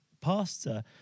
pastor